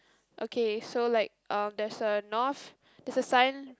okay so like um there's a north there's a sign